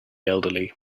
elderly